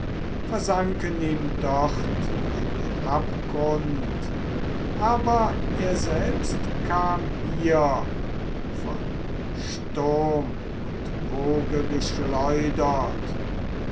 versanken ihm dort in den abgrund aber er selbst kam hier von sturm und woge geschleudert